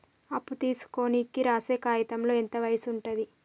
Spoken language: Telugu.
అప్పు తీసుకోనికి రాసే కాయితంలో ఎంత వయసు ఉంటది?